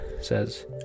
says